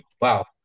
Wow